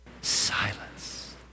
silence